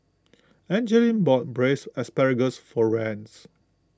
Angeline bought Braised Ssparagus for Rance